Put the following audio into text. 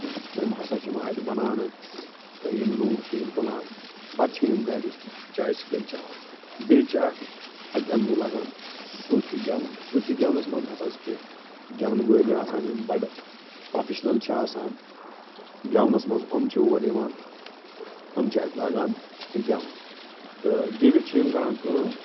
تِم ہسا چھِ یِوان اَتہِ بناونہٕ تہٕ یِم لوٗکھ چھِ یِم تُلان پتہٕ چھِ یِم گرِ چایہِ سۭتٮ۪ن چٮ۪وان بیٚیہِ چھِ اکھ اَتہِ اَمہِ دۄہ لگان صوٗفی گیوُن صوٗفی گیونس منٛز ہسا چھِ کیٚنٛہہ گٮ۪ون وٲلۍ آسان یِم بڈٕ پرٚوفِشنل چھِ آسان گٮ۪ونس منٛز یِم چھِ اور یِوان یِم چھِ اتہِ لاگان گیوُن تہٕ گیوِتھ چھِ یِم کران کٲم